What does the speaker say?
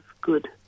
good